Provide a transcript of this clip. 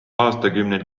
aastakümneid